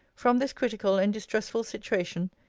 from this critical and distressful situation,